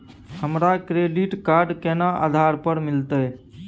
हमरा credit card केना आधार पर मिलते?